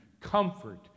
comfort